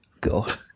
God